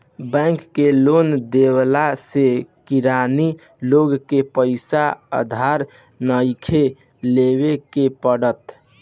bank के loan देवला से किरानी लोग के पईसा उधार नइखे लेवे के पड़त